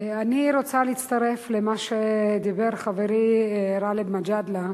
אני רוצה להצטרף למה שאמר חברי גאלב מג'אדלה.